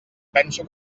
penso